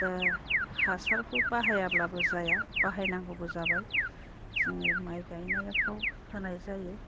दा हासारखौ बाहायाब्लाबो जाया बाहायनांगौबो जाबाय जोङो माइ गायनावफ्राव होनाय जायो